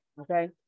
Okay